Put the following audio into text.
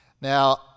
Now